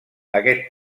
aquest